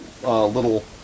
little